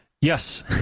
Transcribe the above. Yes